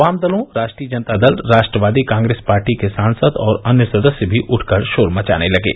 वामदलों Rashtriya Janata Dal Rashtravadi Congress party के सांसद और अन्य सदस्य भी उठकर शोर मचाने लगे